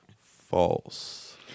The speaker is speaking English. False